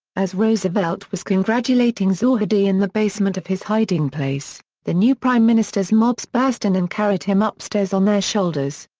as roosevelt was congratulating zahedi in the basement of his hiding place, the new prime minister's mobs burst in and carried him upstairs on their shoulders.